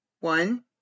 One